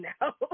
now